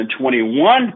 2021